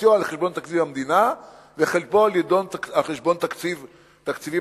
שחציו על-חשבון תקציב המדינה וחציו על-חשבון תקציבים,